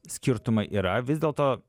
skirtumai yra vis dėlto